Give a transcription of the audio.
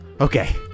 Okay